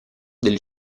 delle